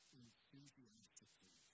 enthusiastically